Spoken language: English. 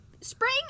Spring